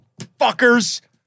Fuckers